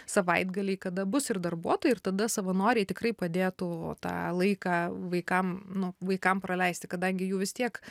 savaitgaliai kada bus ir darbuotojai ir tada savanoriai tikrai padėtų tą laiką vaikam nu vaikam praleisti kadangi jų vis tiek